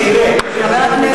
החוק, מה יש להפסיד?